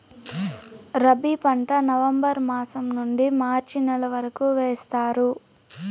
రబీ పంట నవంబర్ మాసం నుండీ మార్చి నెల వరకు వేస్తారు